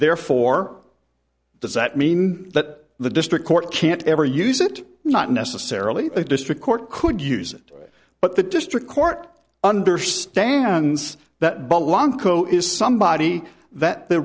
therefore does that mean that the district court can't ever use it not necessarily the district court could use it but the district court understands that but long co is somebody that the